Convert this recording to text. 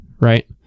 right